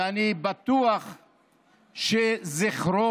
ואני בטוח שזכרו,